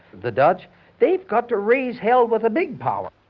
the dutch they've got to raise hell with the big power,